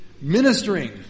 ministering